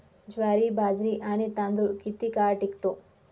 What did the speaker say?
ज्वारी, बाजरी आणि तांदूळ किती काळ टिकतो?